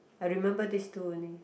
I remember this two only